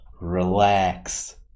relax